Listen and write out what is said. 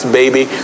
baby